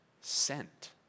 sent